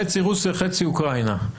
חצי רוסיה, חצי אוקראינה?